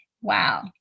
Wow